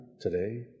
today